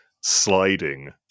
sliding